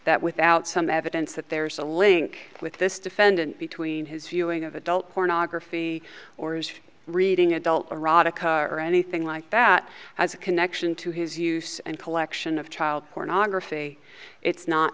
that without some evidence that there's a link with this defendant between his viewing of adult pornography or reading adult erotica or anything like that as a connection to his use and collection of child pornography it's not